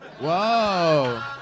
Whoa